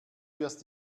wirst